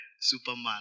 superman